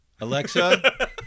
Alexa